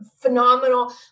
phenomenal